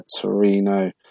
Torino